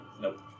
Nope